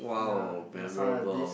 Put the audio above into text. ya that's why I this